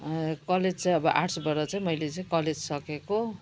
college चाहिँ अब आर्ट्सबाट चाहिँ मैले चाहिँ कलेज सकेको